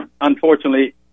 unfortunately